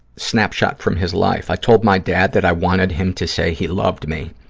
snapshot from his life. i told my dad that i wanted him to say he loved me.